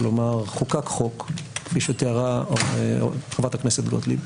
חוקק חוק כפי שתיארה חברת הכנסת גוטליב,